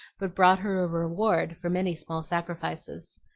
but brought her a reward for many small sacrifices.